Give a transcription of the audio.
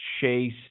Chase